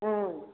ओम